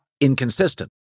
inconsistent